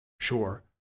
Sure